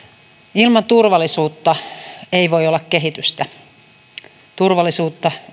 ilman turvallisuutta ei voi olla kehitystä turvallisuutta